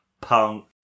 Punk